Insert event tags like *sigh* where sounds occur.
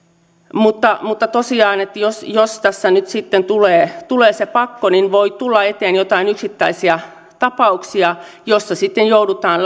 mutta mutta tosiaan jos tässä nyt sitten tulee tulee se pakko niin voi tulla eteen joitain yksittäisiä tapauksia joissa joudutaan *unintelligible*